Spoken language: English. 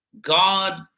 God